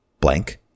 blank